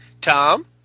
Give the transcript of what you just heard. Tom